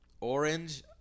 Orange